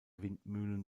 windmühlen